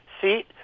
seat